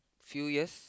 few years